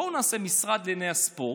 בואו נעשה משרד לענייני ספורט.